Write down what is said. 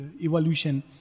evolution